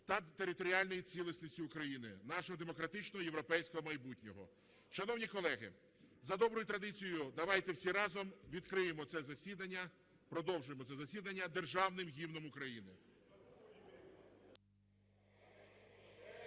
та територіальної цілісності України, нашого демократичного європейського майбутнього. Шановні колеги, за доброю традицією давайте всі разом відкриємо це засідання, продовжимо це засідання Державним Гімном України. (Лунає